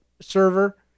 server